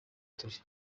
turi